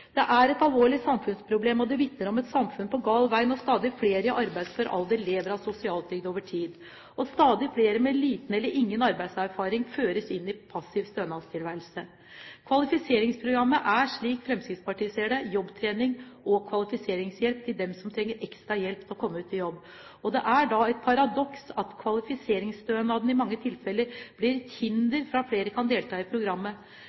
Det er et alvorlig samfunnsproblem, og det vitner om et samfunn på gal vei, når stadig flere i arbeidsfør alder lever av sosialtrygd over tid, og stadig flere med liten eller ingen arbeidserfaring føres inn i en passiv stønadstilværelse. Kvalifiseringsprogrammet er, slik Fremskrittspartiet ser det, jobbtrening og kvalifiseringshjelp til dem som trenger ekstra hjelp til å komme ut i jobb. Og det er da et paradoks at kvalifiseringsstønaden i mange tilfeller blir til hinder for at flere kan delta i programmet.